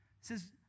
says